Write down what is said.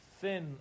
thin